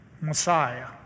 Messiah